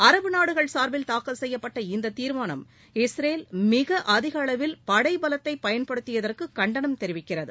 அரபு நாடுகள் சாா்பில் தாக்கல் செய்யப்பட்ட இந்த தீா்மானம் இஸ்ரேல் மிக அதிக அளவில் படைபலத்தை பயன்படுத்தியதற்கு கண்டனம் தெரிவிக்கிறது